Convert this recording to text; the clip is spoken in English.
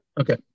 Okay